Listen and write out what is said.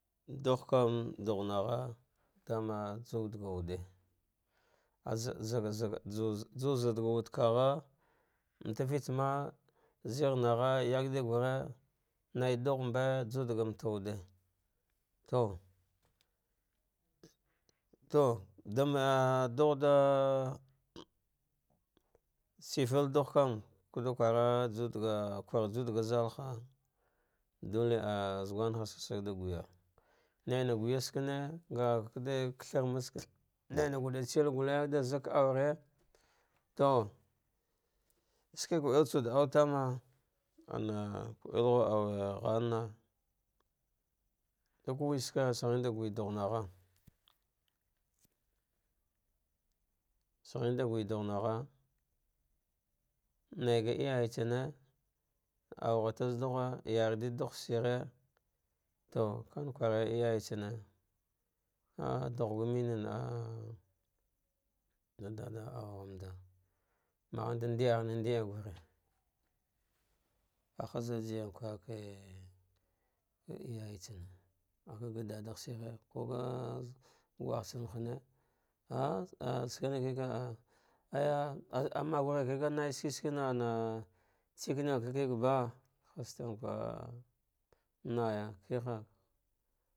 Duhkan dugh nagha dama judaga wude, azazze ju-juzaddaga wude kagha zeghnagha yedhgure, naidugh mbe judaga mata wude to to dam me dugh da shrifa dugh kam, kada kwa ra judaga kur judaga zalha dote ah zugun ha saghi saga di jugwa, naina gaya skane nga dkade katharm, naina gule shir gule di zaka aure to ske ku'e tsa wude auta ma ana ka'e ghu auwa ghalna, dak wishike shaghan da guidaghnagha, sheghan da guidugh na gha naiga iyaye tsane augha te zah dughe a yarch dughu de de shiri, to ke kuran iyaye tsane ah ah dughaga mare zanna'a dada augha manda magh da ndidghne ndiah gare, ahaz vjir kwaka ka iyaye tsane ko ga dadagh shri ko gwagh tsan hane ah ah sakana keke, ah ayya magghe ka nai shike shike ang tsa digmaka ki ki ba naiya kiha.